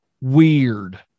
weird